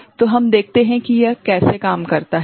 तो हम देखते हैं कि यह कैसे काम करता है